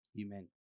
Amen